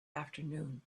afternoon